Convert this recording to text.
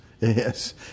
Yes